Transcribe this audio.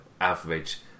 average